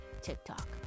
TikTok